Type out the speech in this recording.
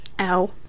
Ow